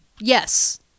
yes